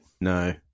No